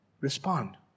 respond